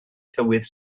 tywydd